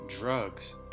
drugs